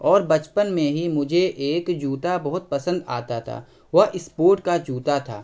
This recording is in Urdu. اور بچپن میں ہی مجھے ایک جوتا بہت پسند آتا تھا وہ اسپورٹ کا جوتا تھا